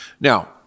Now